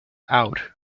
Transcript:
out